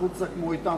לכו תסכמו אתם,